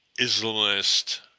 Islamist